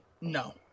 no